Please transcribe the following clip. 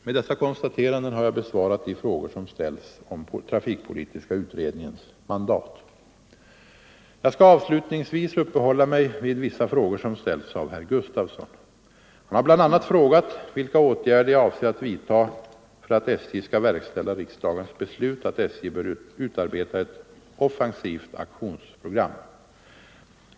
Med dessa konstateranden har jag besvarat de frågor som ställts om trafikpolitiska utredningens mandat. Jag skall avslutningsvis uppehålla mig vid vissa frågor som ställts av herr Sven Gustafson i Göteborg. Han har bl.a. frågat, vilka åtgärder jag avser att vidta för att SJ skall verkställa riksdagens beslut att SJ bör utarbeta ett offensivt aktionsprogram.